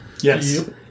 Yes